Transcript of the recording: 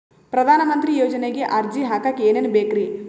ಪ್ರಧಾನಮಂತ್ರಿ ಯೋಜನೆಗೆ ಅರ್ಜಿ ಹಾಕಕ್ ಏನೇನ್ ಬೇಕ್ರಿ?